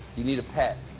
you need a pet.